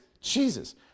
Jesus